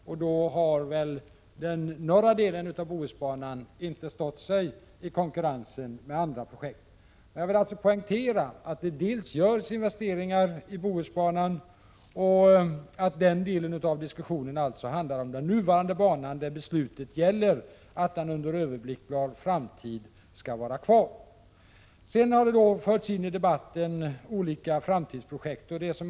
Därvid har väl norra delen av Bohusbanan inte stått sig i konkurrensen med andra projekt. Jag vill poängtera att det görs investeringar i Bohusbanan och att den delen av diskussionen handlar om den nuvarande banan, där beslutet gäller att banan under överblickbar framtid skall vara kvar. Sedan har det förts in olika framtidsprojekt i debatten.